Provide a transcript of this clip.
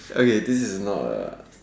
okay this not a